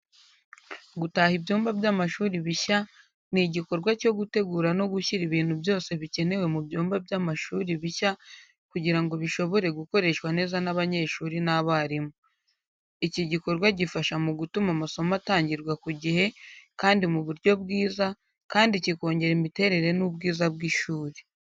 Gutaha ibyumba by’amashuri bishya ni igikorwa cyo gutegura no gushyira ibintu byose bikenewe mu byumba by’amashuri bishya kugira ngo bishobore gukoreshwa neza n’abanyeshuri n’abarimu. Iki gikorwa gifasha mu gutuma amasomo atangirwa ku gihe kandi mu buryo bwiza, kandi kikongera imiterere n’ubwiza bw’ishuri.